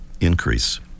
increase